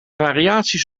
variaties